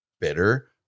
bitter